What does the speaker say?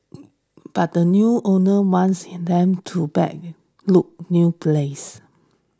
but the new owner wants he them to back look new place